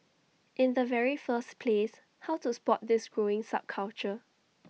in the very first place how to spot this growing subculture